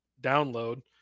Download